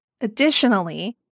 Additionally